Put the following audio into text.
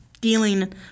dealing